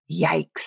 Yikes